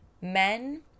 men